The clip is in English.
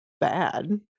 bad